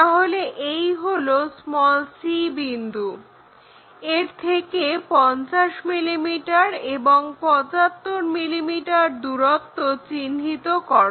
তাহলে এই হলো c বিন্দু এর থেকে 50 mm এবং 75 mm দূরত্ব চিহ্নিত করো